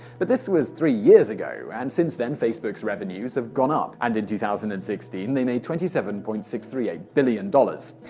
but that was three years ago. and since then, facebook's revenues have gone up and in two thousand and sixteen, they made twenty seven point six three eight billion dollars.